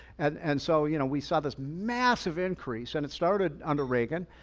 and and so you know we saw this massive increase and it started under reagan,